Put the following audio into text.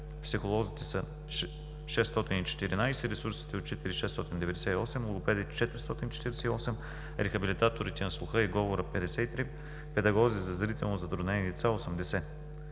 психолозите са 614, ресурсните учители – 698, логопедите – 448, рехабилитаторите на слуха и говора – 53, педагози за зрително затруднени деца – 80.